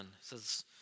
says